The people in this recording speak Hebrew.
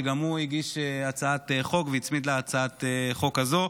גם הוא הגיש הצעת חוק והצמיד להצעת חוק הזו,